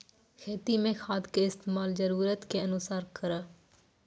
खेती मे खाद के इस्तेमाल जरूरत के अनुसार करऽ